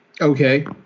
Okay